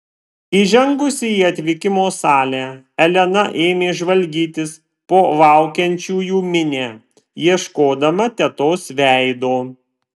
įžengusi į atvykimo salę elena ėmė žvalgytis po laukiančiųjų minią ieškodama tetos veido